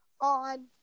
on